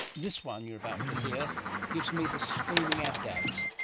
this one you're about to hear gives me the screaming ab dabs.